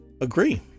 agree